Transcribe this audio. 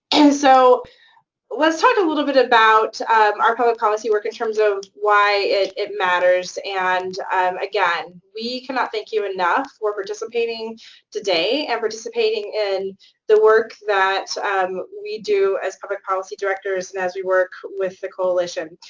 and so let's talk a little bit about our public policy work in terms of why it it matters, and again, we cannot thank you enough for participating today and participating in the work that um we do as public policy directors and as we work with the coalition.